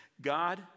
God